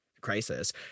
crisis